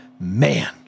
Man